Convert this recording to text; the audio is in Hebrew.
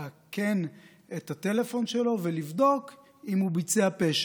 לאכן את הטלפון שלו ולבדוק אם הוא ביצע פשע.